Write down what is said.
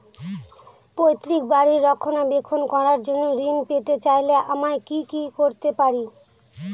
পৈত্রিক বাড়ির রক্ষণাবেক্ষণ করার জন্য ঋণ পেতে চাইলে আমায় কি কী করতে পারি?